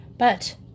But